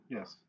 Yes